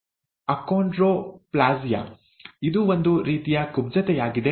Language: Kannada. ಅಕೋಂಡ್ರೊಪ್ಲಾಸಿಯಾ ಇದು ಒಂದು ರೀತಿಯ ಕುಬ್ಜತೆಯಾಗಿದೆ